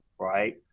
right